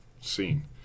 seen